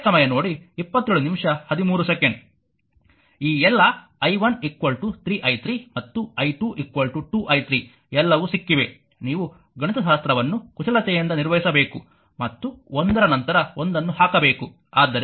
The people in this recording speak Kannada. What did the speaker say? ಈ ಎಲ್ಲಾ i 1 3 i 3 ಮತ್ತು i2 2 i 3 ಎಲ್ಲವೂ ಸಿಕ್ಕಿವೆ ನೀವು ಗಣಿತಶಾಸ್ತ್ರವನ್ನು ಕುಶಲತೆಯಿಂದ ನಿರ್ವಹಿಸಬೇಕು ಮತ್ತು ಒಂದರ ನಂತರ ಒಂದನ್ನು ಹಾಕಬೇಕು